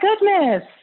goodness